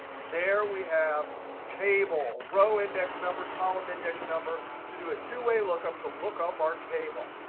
there we have table, row index number, column index number to do a two-way lookup to look up our table.